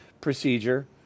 procedure